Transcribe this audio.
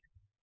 सावित्रीबाई फुले मुख्यमंत्री